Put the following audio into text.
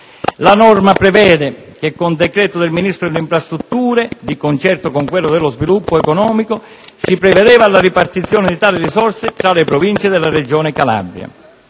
La norma prevedeva che con decreto del Ministro delle infrastrutture, di concerto con quello dello sviluppo economico, si provvedesse alla ripartizione di tali risorse tra le Province della Regione Calabria.